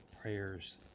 prayers